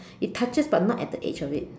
it touches but not at the edge of it